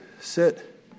sit